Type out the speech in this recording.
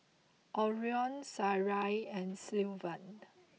Orion Sarai and Sylvan